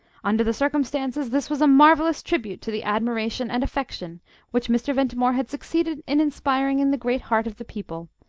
under the circumstances, this was a marvellous tribute to the admiration and affection which mr. ventimore had succeeded in inspiring in the great heart of the people,